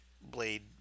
blade